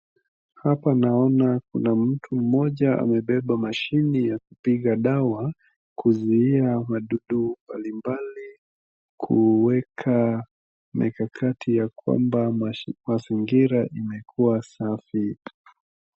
Hapa naona kuna mtu mmoja amebeba mashine ya kupiga dawa kuzuia wadudu mbalimbali kuweka mikakati ya kwamba mazingira imekuwa safi.